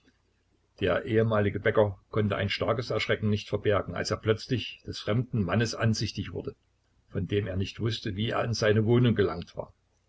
der ehemalige bäcker konnte ein starkes erschrecken nicht verbergen als er plötzlich des fremden mannes ansichtig wurde von dem er nicht wußte wie er in seine wohnung gelangt war